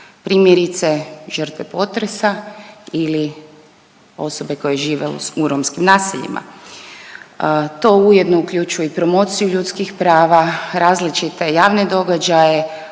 primjerice žrtve potresa ili osobe koje žive u romskim naseljima. To ujedno uključuje i promociju ljudskih prava, različite javne događaje,